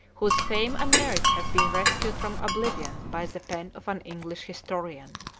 whose fame and merit have been rescued from oblivion by the pen of an english historian.